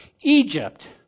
Egypt